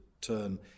turn